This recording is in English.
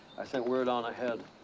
i sent word on ahead.